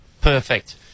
Perfect